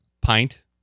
Pint